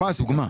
דוגמה.